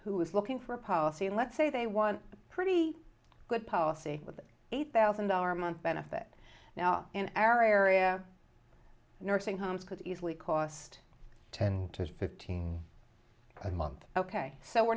who is looking for a policy let's say they want pretty good policy with eight thousand dollars a month benefit now in area nursing homes could easily cost ten to fifteen a month ok so we're